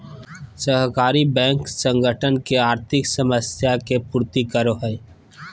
सहकारी बैंक संगठन के आर्थिक समस्या के पूर्ति करो हइ